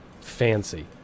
fancy